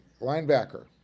Linebacker